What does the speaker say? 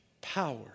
power